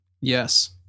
Yes